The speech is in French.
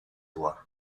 doigts